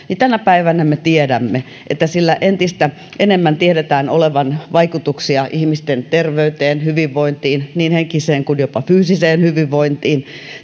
tänä päivänä sillä tiedetään myös olevan entistä enemmän vaikutuksia ihmisten terveyteen hyvinvointiin niin henkiseen kuin jopa fyysiseen hyvinvointiin